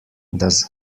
does